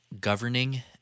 governing